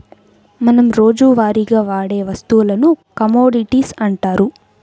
మనం రోజువారీగా వాడే వస్తువులను కమోడిటీస్ అంటారు